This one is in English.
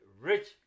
rich